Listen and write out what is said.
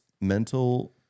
mental